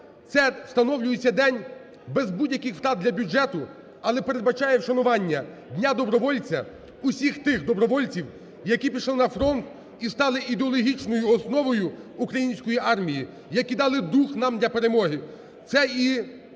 Це встановлюється день без будь-яких втрат для бюджету, але передбачає вшанування дня добровольця, усіх тих добровольців, які пішли на фронт і стали ідеологічною основою української армії, які дали дух нам для перемоги,